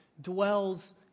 dwells